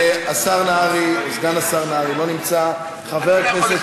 אתה נראה לי כמו אחד, חבר הכנסת פרוש.